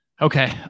Okay